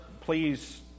please